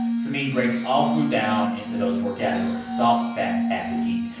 samin breaks all food down into those four categories salt, fat, acid, heat.